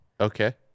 Okay